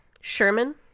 Sherman